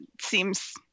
seems